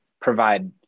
provide